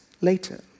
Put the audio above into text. later